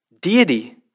deity